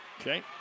Okay